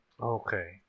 Okay